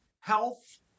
health